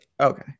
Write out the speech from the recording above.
Okay